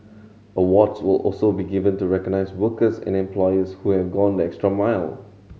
awards will also be given to recognise workers and employers who have gone the extra mile